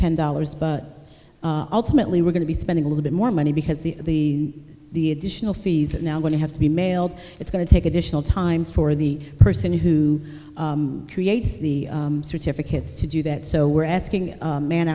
ten dollars but ultimately we're going to be spending a little bit more money because the the additional fees and now when you have to be mailed it's going to take additional time for the person who creates the certificates to do that so we're asking